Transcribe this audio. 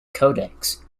codex